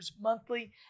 monthly